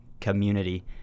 community